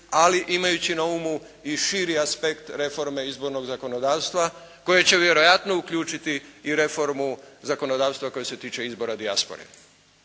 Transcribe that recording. ali imajući na umu i širi aspekt reforme izbornog zakonodavstva koje će vjerojatno uključiti i reformu zakonodavstva koje se tiče izbora dijaspore.